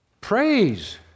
Praise